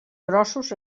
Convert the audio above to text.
grossos